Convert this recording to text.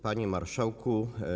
Panie Marszałku!